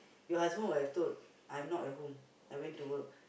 your husband would have told I'm not at home I went to work